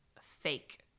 fake